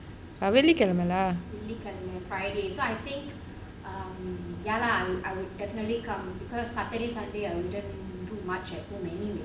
err வெள்ளிக்கிழமை:vellikilamai lah